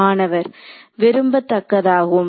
மாணவர் அது விரும்பத்தக்கதாகும்